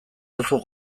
duzu